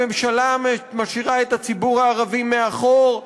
הממשלה משאירה את הציבור הערבי מאחור,